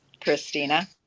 Christina